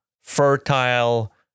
fertile